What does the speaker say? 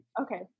Okay